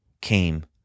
came